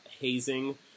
hazing